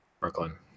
Brooklyn